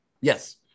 Yes